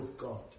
God